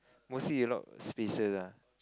mostly a lot spaces lah